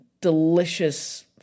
delicious